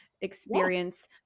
experience